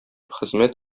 хезмәт